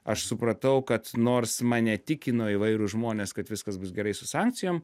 aš supratau kad nors mane tikino įvairūs žmonės kad viskas bus gerai su sankcijom